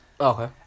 Okay